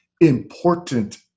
important